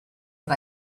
but